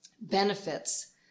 benefits